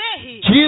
Jesus